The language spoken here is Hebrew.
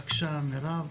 בבקשה, מירב.